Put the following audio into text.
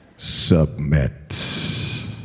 submit